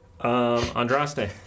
Andraste